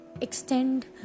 extend